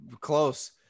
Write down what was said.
Close